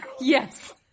yes